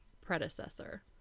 predecessor